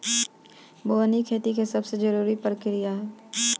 बोअनी खेती के सबसे जरूरी प्रक्रिया हअ